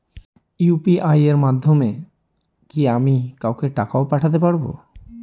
UPI এর মাধ্যমে কি আমি কাউকে টাকা ও পাঠাতে পারবো?